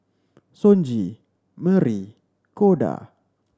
Sonji Merrie Koda